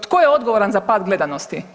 Tko je odgovoran za pad gledanosti?